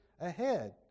ahead